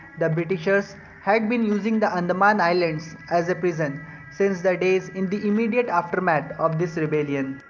the britishers had been using the andaman islands as a prison since the days in the immediate aftermath of this rebellion.